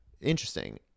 Interesting